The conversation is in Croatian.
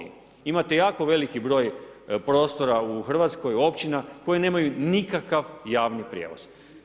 Imate jako veliki broj prostora u Hrvatskoj općina koje nemaju nikakav javni prijevoz.